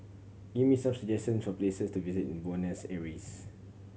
give me some suggestion for places to visit in Buenos Aires